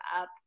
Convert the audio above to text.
up